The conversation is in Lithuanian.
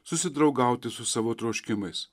susidraugauti su savo troškimais